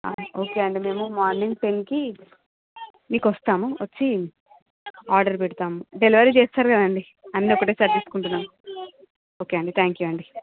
okay అండి మేము morning ten కి మీకు వస్తాము వచ్చి ఆర్డర్ పెడతాము డెలివరీ చేస్తారు కదండీ అన్ని ఒకటేసారి తీసుకుంటున్నాం ఓకే అండి థ్యాంక్ యూ అండి